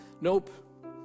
nope